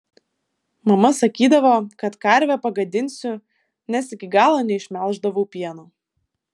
mama sakydavo kad karvę pagadinsiu nes iki galo neišmelždavau pieno